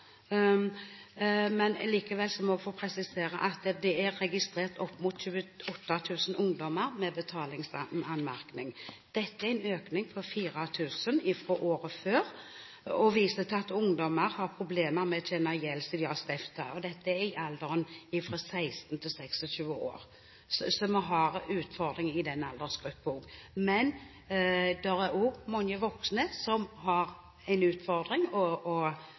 men jeg må likevel få presisere at det er registrert opp mot 28 000 ungdommer med betalingsanmerkning. Dette er en økning på 4 000 fra året før og viser at ungdommer har problemer med å betjene gjeld som de har stiftet. Dette er i alderen fra 18 til 26 år, så vi har en utfordring i den aldersgruppen. Men det er også mange voksne som har